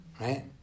Right